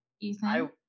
Ethan